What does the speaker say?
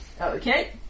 Okay